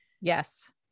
Yes